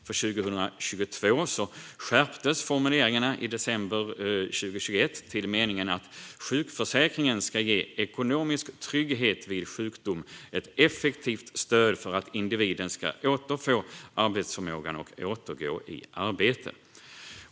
För 2022 skärptes formuleringarna i december 2021 till en mening som lyder: Sjukförsäkringen ska ge ekonomisk trygghet vid sjukdom och ett effektivt stöd för att individen ska återfå arbetsförmågan och återgå i arbete.